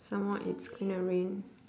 some more it's gonna rain